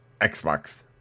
Xbox